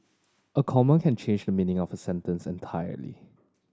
a comma can change the meaning of a sentence entirely